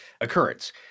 occurrence